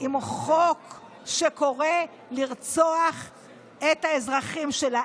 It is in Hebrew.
עם חוק שקורא לרצוח את האזרחים שלה.